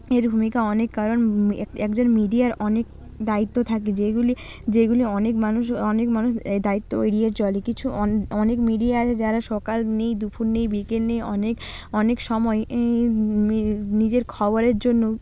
এর ভূমিকা অনেক কারণ এক একজন মিডিয়ার অনেক দায়িত্ব থাকে যেইগুলি যেইগুলি অনেক মানুষ অনেক মানুষ এই দায়িত্ব এড়িয়ে চলে কিছু অনেক মিডিয়া আছে যারা সকাল নেই দুপুর নেই বিকেলে নেই অনেক অনেকসময় নিজের খবরের জন্য